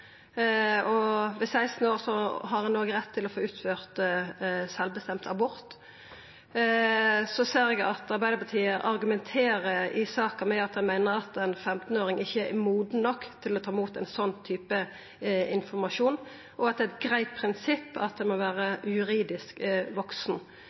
kjønn. Ved 16 år har ein òg rett til å få utført sjølvbestemd abort. Eg ser at Arbeidarpartiet argumenterer i saka med at ein meiner at ein 15-åring ikkje er moden nok til å ta imot slik informasjon, og at det er eit greitt prinsipp at ein må